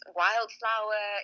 wildflower